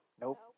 Nope